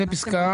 פסקה